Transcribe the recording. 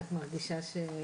הישיבה ננעלה בשעה